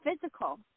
physical